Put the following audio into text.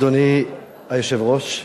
אדוני היושב-ראש,